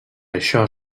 això